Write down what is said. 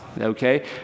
okay